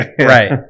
right